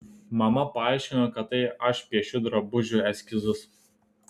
mama paaiškino kad tai aš piešiu drabužių eskizus